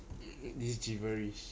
this gibberish